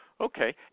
Okay